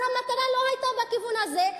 אז המטרה לא היתה בכיוון הזה,